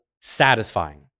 satisfying